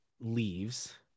leaves